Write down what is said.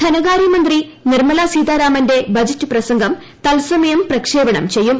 ധനകാര്യമന്ത്രി നിർമ്മല സീതാർട്ട്മുന്റെ ബജറ്റ് പ്രസംഗം തത്സമയം പ്രക്ഷേപണം ചെയ്യും